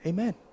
Amen